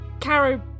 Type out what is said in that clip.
Caro